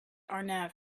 arnav